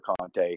Conte